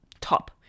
top